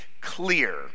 clear